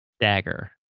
Dagger